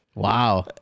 wow